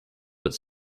its